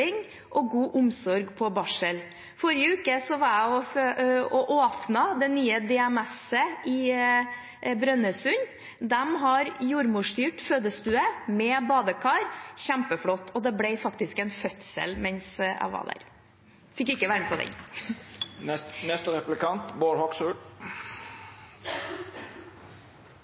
og god omsorg på barsel. Forrige uke åpnet jeg det nye DMS-et i Brønnøysund. De har jordmorstyrt fødestue med badekar – kjempeflott. Og det ble faktisk en fødsel mens jeg var der – jeg fikk ikke være med på den.